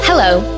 Hello